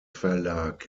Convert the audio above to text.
verlag